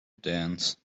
dance